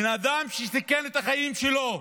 בן אדם שסיכן את החיים שלו,